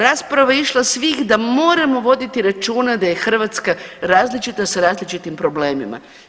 Rasprava je išla svih da moramo voditi računa da Hrvatska različita s različitim problemima.